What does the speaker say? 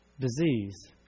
disease